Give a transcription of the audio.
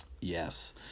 Yes